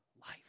life